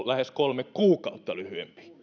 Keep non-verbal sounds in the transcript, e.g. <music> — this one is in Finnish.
<unintelligible> lähes kolme kuukautta lyhyempi